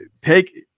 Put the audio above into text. Take